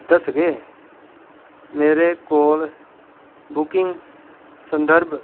दसगे मेरे कोल बुकिंग सदंर्भ